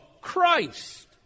Christ